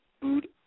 Food